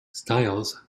styles